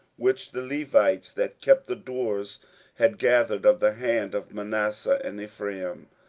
which the levites that kept the doors had gathered of the hand of manasseh and ephraim,